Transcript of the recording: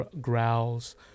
growls